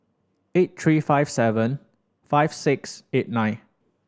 eight three five seven five six eight nine